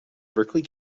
berkeley